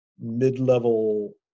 mid-level